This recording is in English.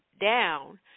down